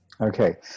Okay